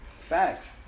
Facts